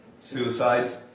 Suicides